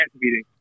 meeting